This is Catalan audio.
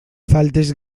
faltes